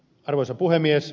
arvoisa puhemies